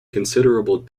considerable